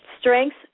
strengths